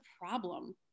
problem